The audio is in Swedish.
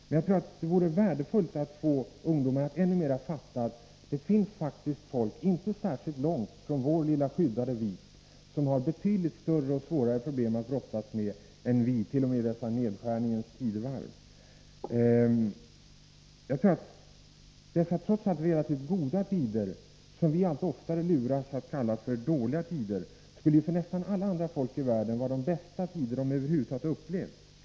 Men jag tror att det vore värdefullt om vi kunde få ungdomarna att inse att det faktiskt finns folk inte särskilt långt från vår lilla skyddade vik som har betydligt större och svårare problem att brottas med än vi, t.o.m. i dessa nedskärningens tidevarv. Våra trots allt rätt goda tider, som vi alltför ofta luras att kalla dåliga tider, skulle för nästan alla andra folk i världen vara de bästa tider de över huvud taget har upplevt.